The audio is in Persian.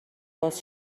باز